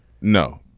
No